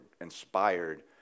inspired